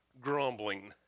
grumbling